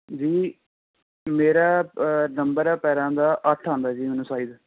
ਜੀ ਮੇਰਾ ਨੰਬਰ ਆ ਪੈਰਾਂ ਦਾ ਅੱਠ ਆਉਂਦਾ ਜੀ ਮੈਨੂੰ ਸਾਈਜ਼